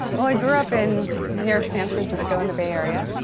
well, i grew up in near san francisco in the bay area.